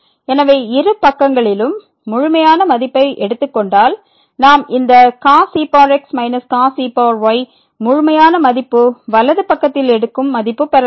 எனவே இரு பக்கங்களிலும் முழுமையான மதிப்பை எடுத்துக் கொண்டால் நாம் இந்த cos e x cos e y முழுமையான மதிப்பு வலது பக்கத்தில் எடுக்கும் மதிப்பு பெறலாம்